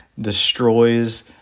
destroys